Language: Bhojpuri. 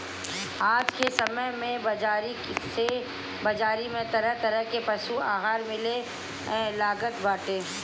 आज के समय में बाजारी में तरह तरह के पशु आहार मिले लागल बाटे